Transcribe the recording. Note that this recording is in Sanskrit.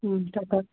तथा